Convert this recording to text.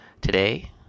Today